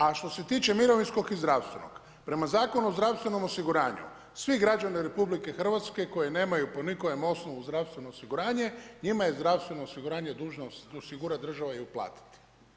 A što se tiče mirovinskog i zdravstvenog, prema Zakonu o zdravstvenom osiguranju svi građani RH koji nemaju po nikojem osnovu zdravstveno osiguranje njima je zdravstveno osiguranje dužno osigurati država i uplatiti.